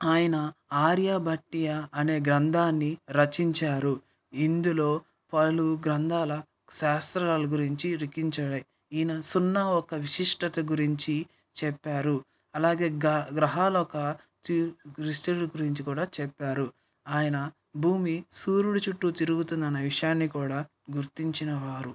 ఆయన ఆర్యభట్టీయం అనే గ్రంధాన్ని రచించారు ఇందులో పలు గ్రంధాల శాస్త్రాల గురించి లిఖించారు ఈయన సున్నా ఒక విశిష్టత గురించి చెప్పారు అలాగే గ గ్రహాల ఒకా గురించి కూడా చెప్పారు ఆయన భూమి సూర్యుడి చుట్టూ తిరుగుతుందనే విషయాన్ని కూడా గుర్తించినవారు